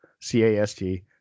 C-A-S-T